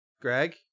Greg